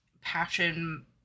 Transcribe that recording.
passion